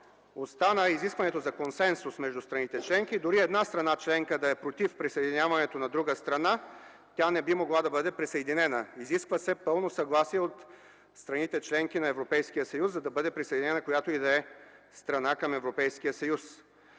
остана изискването за консенсус между страните членки. Дори една страна членка да е против присъединяването на друга страна, тя не би могла да бъде присъединена. Изисква се пълно съгласие от страните – членки на Европейския съюз, за да бъде присъединена която и да е страна към Европейския съюз.